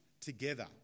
together